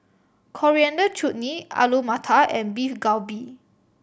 Coriander Chutney Alu Matar and Beef Galbi